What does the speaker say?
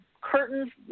curtains